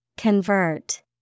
Convert